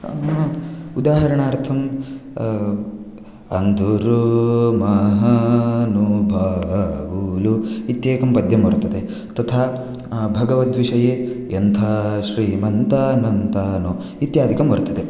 नाम उदाहरणार्थं अन्दरो महानुभावुलु इत्येकं पद्यं वर्तते तथा भगवद्विषये एन्थाश्रीमन्तनन्तानो इत्यादिकं वर्तते